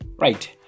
right